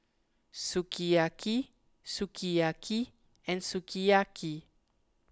Sukiyaki Sukiyaki and Sukiyaki